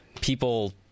people